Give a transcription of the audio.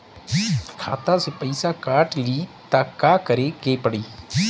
खाता से पैसा काट ली त का करे के पड़ी?